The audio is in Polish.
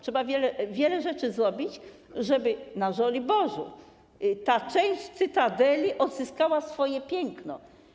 Trzeba wiele rzeczy zrobić, żeby na Żoliborzu ta część cytadeli odzyskała swoje piękno.